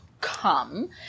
come